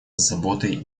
заботой